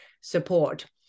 support